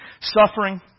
Suffering